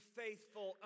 faithful